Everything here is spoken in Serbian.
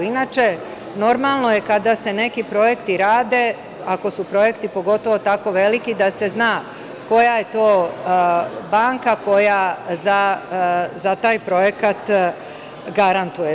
Inače, normalno je kada se neki projekti rade, ako su projekti pogotovo tako veliki da se zna koja je to banka koja za taj projekat garantuje.